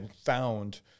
found